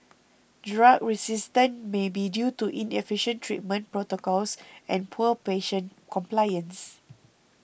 drug resistance may be due to inefficient treatment protocols and poor patient compliance